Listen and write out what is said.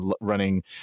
running